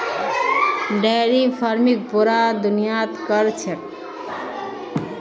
dairy farming पूरा दुनियात क र छेक